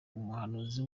umuhanuzi